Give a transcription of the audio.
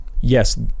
yes